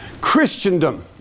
Christendom